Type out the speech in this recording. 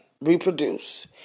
reproduce